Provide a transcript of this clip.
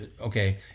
Okay